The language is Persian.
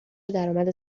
درآمد